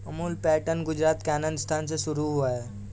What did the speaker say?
Amul pattern Gujarat के आणंद स्थान से शुरू हुआ है